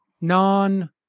non